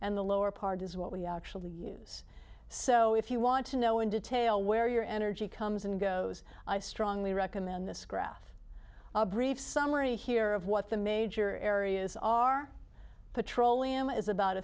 and the lower part is what we actually use so if you want to know in detail where your energy comes and goes i strongly recommend this graph a brief summary here of what the major areas are petroleum is about